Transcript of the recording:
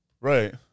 Right